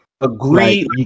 agree